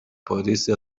police